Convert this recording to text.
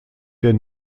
der